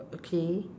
okay